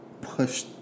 push